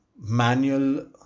Manual